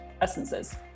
Essences